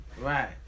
Right